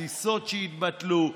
טיסות שהתבטלו,